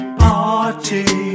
party